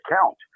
count